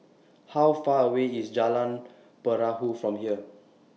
How Far away IS Jalan Perahu from here